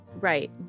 Right